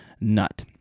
nut